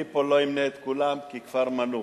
אני פה לא אמנה את כולם, כי כבר מנו.